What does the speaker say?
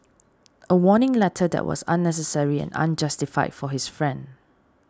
a warning letter that was unnecessary and unjustified for his friend